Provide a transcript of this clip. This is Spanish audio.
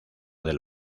del